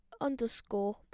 underscore